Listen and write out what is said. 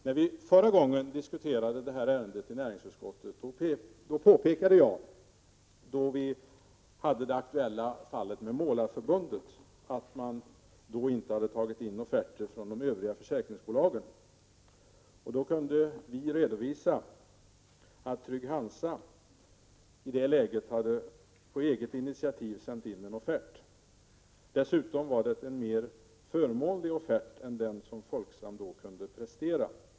När vi förra gången diskuterade detta ärende i näringsutskottet påpekade jag, i samband med det aktuella fallet med Målareförbundet, att offerter inte hade tagits in från de övriga försäkringsbolagen. Vi kunde då redovisa att Trygg-Hansa i det läget på eget initiativ sänt in en offert, som dessutom var mer förmånlig än den offert som Folksam kunde prestera.